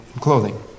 clothing